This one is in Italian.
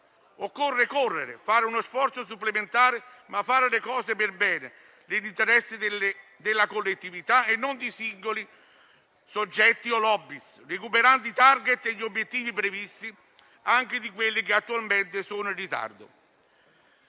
Occorre correre, fare uno sforzo supplementare, ma fare le cose per bene, nell'interesse della collettività e non di singoli soggetti o *lobby*, recuperando i *target* e gli obiettivi previsti, anche quelli che attualmente sono in ritardo.